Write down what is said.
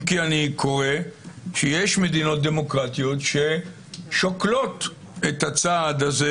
אם כי אני קורא שיש מדינות דמוקרטיות ששוקלות את הצעד הזה.